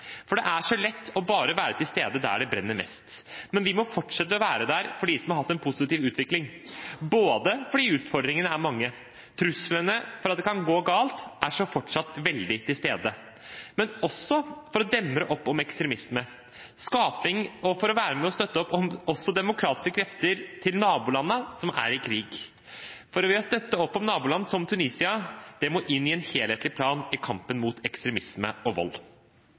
For det er så lett å bare være til stede der det brenner mest. Vi må fortsette å være der for dem som har hatt en positiv utvikling, både fordi utfordringene er mange og fordi risikoen for at det kan gå galt, fortsatt er så veldig til stede – men også for å demme opp mot ekstremisme, og for å være med og støtte opp om demokratiske krefter i nabolandene som er i krig. Det å støtte opp om naboland som Tunisia må inn i en helhetlig plan i kampen mot ekstremisme og vold.